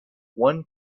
one